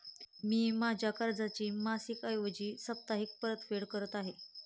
मी माझ्या कर्जाची मासिक ऐवजी साप्ताहिक परतफेड करत आहे